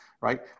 Right